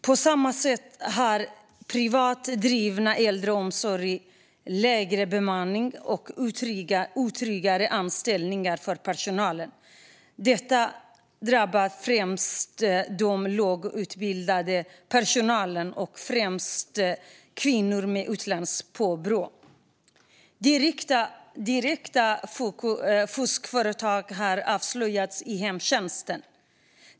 På samma sätt har privat driven äldreomsorg lägre bemanning och otryggare anställningar för personalen. Detta drabbar främst den lågutbildade personalen och främst kvinnor med utländskt påbrå. Direkta fuskföretag har avslöjats i hemtjänsten.